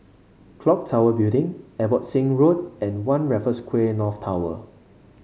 clock Tower Building Abbotsingh Road and One Raffles Quay North Tower